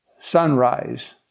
sunrise